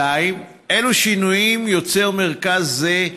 2. אילו שינויים יוצר מרכז זה,